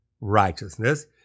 righteousness